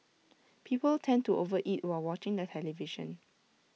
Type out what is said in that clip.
people tend to over eat while watching the television